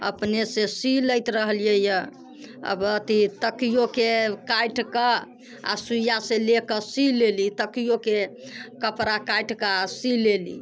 अपने से सी लैत रहलियै हँ अब अथी तकियोके काटिके आ सूइया से ले के सी लेली तकियोके कपड़ा काटिके सी लेली